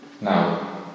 Now